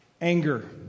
anger